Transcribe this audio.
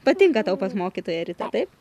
patinka tau pas mokytoją ritą taip